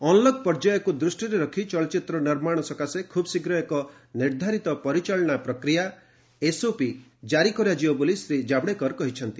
unlock ପର୍ଯ୍ୟାୟକୁ ଦୃଷ୍ଟିରେ ରଖି ଚଳଚ୍ଚିତ୍ର ନିର୍ମାଣ ସକାଶେ ଖୁବ୍ ଶୀଘ୍ର ଏକ ନିର୍ଦ୍ଧାରିତ ପରିଚାଳନା ପ୍ରକ୍ରିୟା ଏସ୍ଓପି ଜାରି କରାଯିବ ବୋଲି ଶ୍ରୀ ଜାଭଡେକର କହିଛନ୍ତି